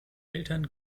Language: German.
eltern